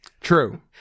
true